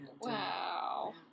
Wow